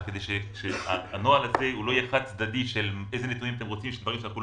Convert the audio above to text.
אבל כדי שהנוהל הזה לא יהיה חד-צדדי -- הוא לא